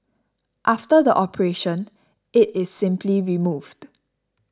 after the operation it is simply removed